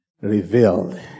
revealed